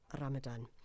ramadan